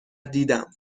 دیدم